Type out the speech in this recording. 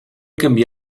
canvià